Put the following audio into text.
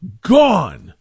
gone